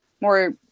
more